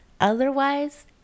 Otherwise